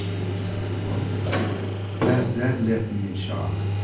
it was just prison politics. but that, that left me in shock.